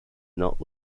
not